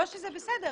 לא שזה בסדר,